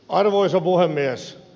arvoisa puhemies